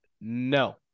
No